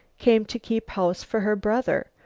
came to keep house for her brother,